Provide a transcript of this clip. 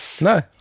No